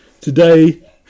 today